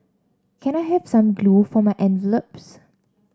can I have some glue for my envelopes